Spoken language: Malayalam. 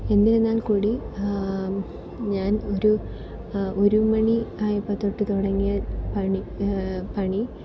എന്നിരുന്നാൽ കൂടി ഞാൻ ഒരു ഒരു മണി ആയപ്പം തൊട്ട് തുടങ്ങിയ പണി പണി